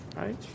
right